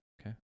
Okay